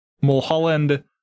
Mulholland